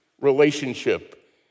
relationship